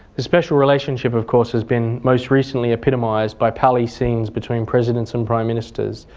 the special relationship, of course, has been most recently epitomised by pally scenes between presidents and prime ministers,